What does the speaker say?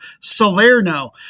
Salerno